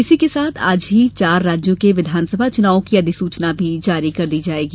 इसी के साथ आज ही चार राज्यों के विधानसभा चुनावों की अधिसूचना भी जारी कर दी जाएगी